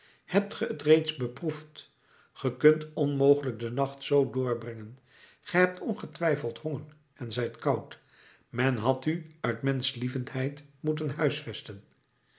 hebt ge t reeds beproefd ge kunt onmogelijk den nacht zoo doorbrengen ge hebt ongetwijfeld honger en zijt koud men had u uit menschlievendheid moeten huisvesten